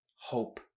hope